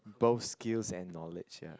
both skills and knowledge ya